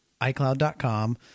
iCloud.com